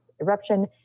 eruption